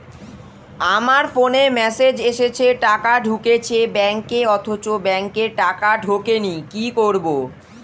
আমার ফোনে মেসেজ এসেছে টাকা ঢুকেছে ব্যাঙ্কে অথচ ব্যাংকে টাকা ঢোকেনি কি করবো?